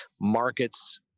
markets